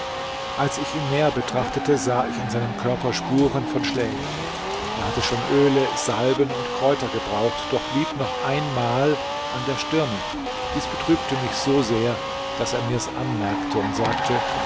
als ich ihn näher betrachtete sah ich an seinem körper spuren von schlägen er hatte schon öle salben und kräuter gebraucht doch blieb noch ein mal an der stirne dies betrübte mich so sehr daß er mirs anmerkte und sagte